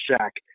Shack